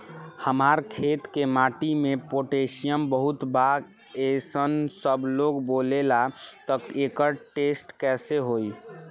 हमार खेत के माटी मे पोटासियम बहुत बा ऐसन सबलोग बोलेला त एकर टेस्ट कैसे होई?